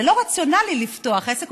זה לא רציונלי לפתוח עסק.